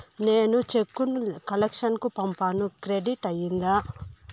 నేను చెక్కు ను కలెక్షన్ కు పంపాను క్రెడిట్ అయ్యిందా